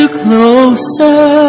closer